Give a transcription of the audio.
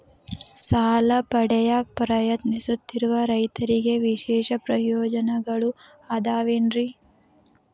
ಸಾಲ ಪಡೆಯಾಕ್ ಪ್ರಯತ್ನಿಸುತ್ತಿರುವ ರೈತರಿಗೆ ವಿಶೇಷ ಪ್ರಯೋಜನಗಳು ಅದಾವೇನ್ರಿ?